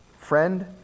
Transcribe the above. Friend